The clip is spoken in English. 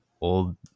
old